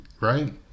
right